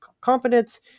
competence